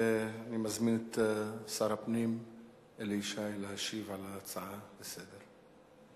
אני מזמין את שר הפנים אלי ישי להשיב על ההצעה לסדר-היום.